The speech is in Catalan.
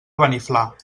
beniflà